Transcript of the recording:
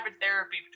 therapy